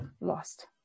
lost